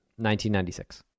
1996